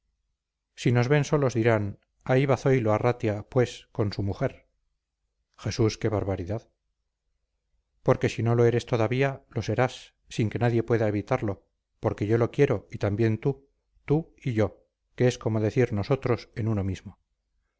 si nos ven solos dirán ahí va zoilo arratia pues con su mujer jesús qué barbaridad porque si no lo eres todavía lo serás sin que nadie pueda evitarlo porque yo lo quiero y también tú tú y yo que es como decir nosotros en uno mismo